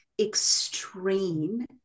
extreme